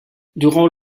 durant